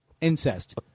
incest